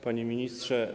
Panie Ministrze!